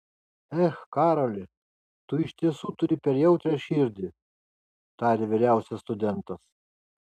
ech karoli tu iš tiesų turi per jautrią širdį tarė vyriausias studentas